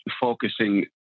focusing